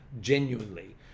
genuinely